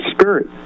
Spirit